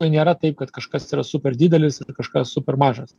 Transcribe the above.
nėra taip kad kažkas yra super didelis ar kažkas super mažas